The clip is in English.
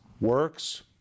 works